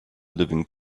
living